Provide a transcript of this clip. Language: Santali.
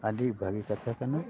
ᱟᱹᱰᱤ ᱵᱷᱟᱹᱜᱤ ᱠᱟᱛᱷᱟ ᱠᱟᱱᱟ